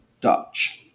Dutch